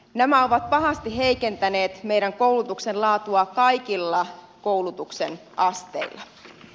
nämä ovat pahasti heikentäneet meidän koulutuksen laatua kaikilla koulutuksen asteilla